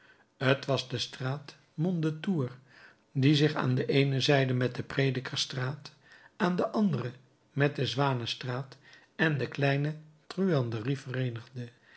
t was de straat mondétour die zich aan de eene zijde met de predikerstraat aan de andere met de zwanenstraat en de kleine truanderie vereenigde